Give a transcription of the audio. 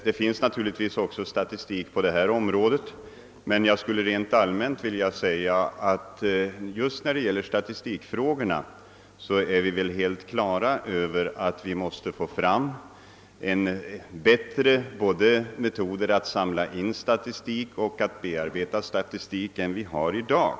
Det finns naturligtvis statistik också på detta område, men jag vill rent allmänt framhålla att beträffande statistikfrågorna är vi helt på det klara med att det måste skapas bättre metoder för både insamlingen och bearbetningen av statistiken än vi har i dag.